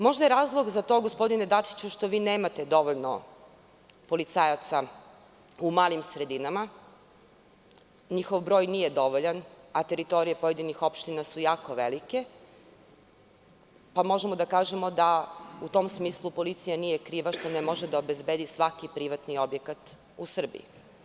Možda je razlog za to, gospodine Dačiću, što vi nemate dovoljno policajaca u malim sredinama, njihov broj nije dovoljan, a teritorije pojedinih opština su jako velike, pa možemo da kažemo da u tom smislu policija nije kriva što ne može da obezbedi svaki privatni objekat u Srbiji.